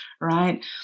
right